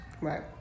Right